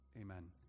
amen